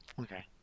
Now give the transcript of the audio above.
Okay